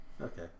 okay